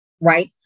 Right